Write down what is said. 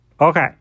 Okay